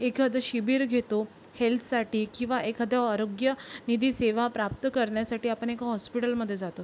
एखादं शिबिर घेतो हेल्तसाठी किंवा एखादं आरोग्य निधी सेवा प्राप्त करण्यासाठी आपण एका हॉस्पिटलमध्ये जातो